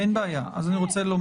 אם כן כן.